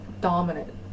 dominant